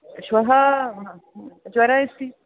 श्वः ज्वरः अस्ति